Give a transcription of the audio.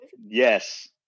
Yes